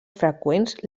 freqüents